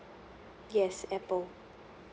yes apple